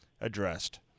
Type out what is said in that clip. addressed